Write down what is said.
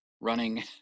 running